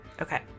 Okay